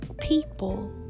people